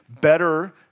better